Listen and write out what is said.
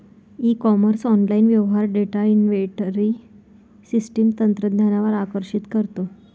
E commerce online व्यवहार data inventory system तंत्रज्ञानावर आकर्षित करतो